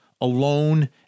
alone